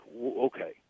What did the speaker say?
okay